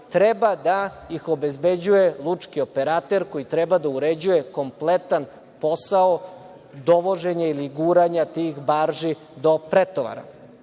treba da ih obezbeđuje lučki operater koji treba da uređuje kompletan posao dovoženja ili guranja tih barži do pretovara.